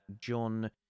John